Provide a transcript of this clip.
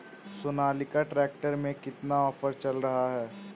Sonalika tractor में कितना offer चल रहा है?